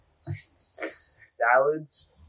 salads